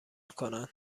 کنند